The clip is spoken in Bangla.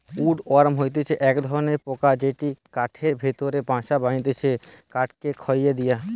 উড ওয়ার্ম হতিছে এক ধরণের পোকা যেটি কাঠের ভেতরে বাসা বাঁধটিছে কাঠকে খইয়ে দিয়া